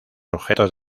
objetos